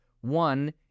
one